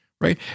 right